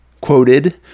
quoted